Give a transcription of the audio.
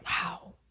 Wow